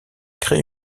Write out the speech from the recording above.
crée